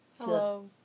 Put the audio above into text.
Hello